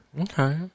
okay